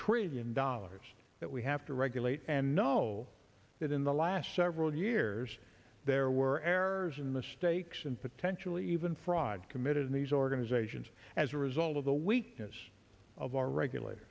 trillion dollars that we have to regulate and know that in the last several years there were errors in the stakes and potentially even fraud committed in these organizations as a result of the weakness of our regula